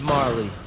Marley